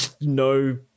no